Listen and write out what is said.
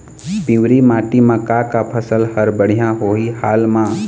पिवरी माटी म का का फसल हर बढ़िया होही हाल मा?